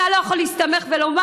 אתה לא יכול להסתמך ולומר: